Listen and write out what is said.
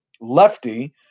lefty